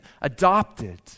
adopted